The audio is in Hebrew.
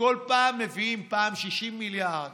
וכל פעם מביאים, פעם 60 מיליארד